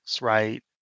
right